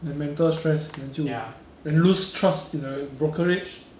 like mental stress then 就 and you lose trust in the brokerage